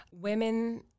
women